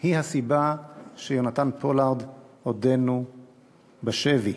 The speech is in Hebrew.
היא הסיבה שיהונתן פולארד עודנו בשבי.